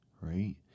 Right